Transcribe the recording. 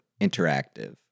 interactive